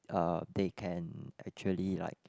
uh they can actually like